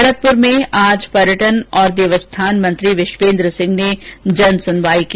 भरतपुर में आज पर्यटन और देवस्थान मंत्री विश्वेन्द्र सिंह ने जनसुनवाई की